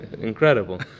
Incredible